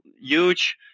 huge